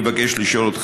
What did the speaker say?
רצוני לשאול: